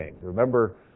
Remember